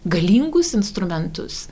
galingus instrumentus